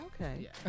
Okay